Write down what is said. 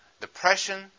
Depression